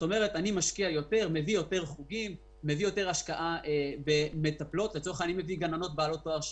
מצליח להשקיע בגננות בעלות תואר שני,